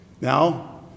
Now